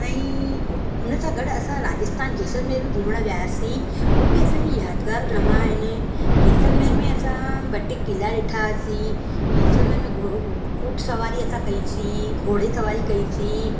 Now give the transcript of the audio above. ऐं हुन सां गॾु असां राजस्थान जैसलमेर बि घुमणु वियासीं उहे बि असांजी यादिगारु लम्हा आहिनि जैसलमेर में असां ॿ टे क़िला ॾिठासी जैसलमेर में घोड़ो उहो ऊंट सवारी असां कईसी घोड़े सवारी कईसी